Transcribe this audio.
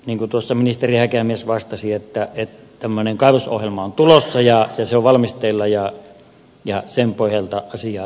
niin kuin tuossa ministeri häkämies vastasi tällainen kaivosohjelma on tulossa ja se on valmisteilla ja sen pohjalta asiaa tarkastellaan